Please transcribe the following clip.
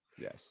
yes